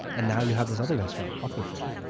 and now you have this other restaurant, hawker fare,